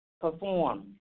perform